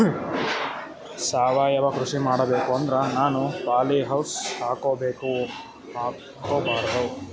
ಸಾವಯವ ಕೃಷಿ ಮಾಡಬೇಕು ಅಂದ್ರ ನಾನು ಪಾಲಿಹೌಸ್ ಹಾಕೋಬೇಕೊ ಹಾಕ್ಕೋಬಾರ್ದು?